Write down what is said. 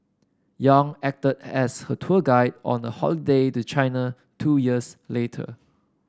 Yang acted as her tour guide on a holiday to China two years later